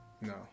No